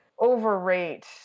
overrate